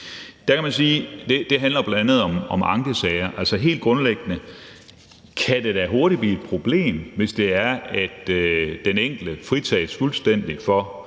er det bl.a. handler om ankesager. Altså, helt grundlæggende kan det da hurtigt blive et problem, hvis den enkelte fritages fuldstændig fra